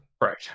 right